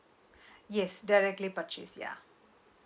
yes directly purchase ya